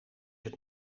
het